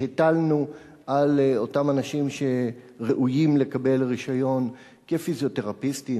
שהטלנו על אותם אנשים שראויים לקבל רשיון כפיזיותרפיסטים,